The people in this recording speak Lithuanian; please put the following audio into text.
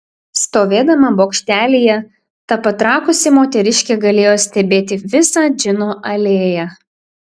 stovėdama bokštelyje ta patrakusi moteriškė galėjo stebėti visą džino alėją